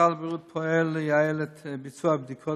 משרד הבריאות פועל לייעל את ביצוע הבדיקות